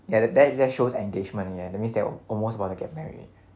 ya that that just shows engagement ya that means they were almost about to get married